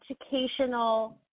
educational